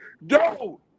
no